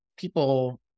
People